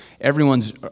everyone's